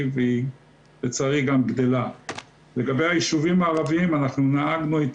וגם אם כל הקשישים היו מקבלים את הארוחה החמה פעם